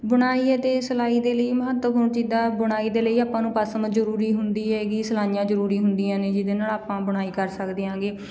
ਬੁਣਾਈ ਅਤੇ ਸਿਲਾਈ ਦੇ ਲਈ ਮਹੱਤਵਪੂਰਨ ਜਿੱਦਾਂ ਬੁਣਾਈ ਦੇ ਲਈ ਆਪਾਂ ਨੂੰ ਪਸਮ ਜ਼ਰੂਰੀ ਹੁੰਦੀ ਹੈਗੀ ਸਲਾਈਆਂ ਜ਼ਰੂਰੀ ਹੁੰਦੀਆਂ ਨੇ ਜਿਹਦੇ ਨਾਲ ਆਪਾਂ ਬੁਣਾਈ ਕਰ ਸਕਦੇ ਹਾਂਗੇ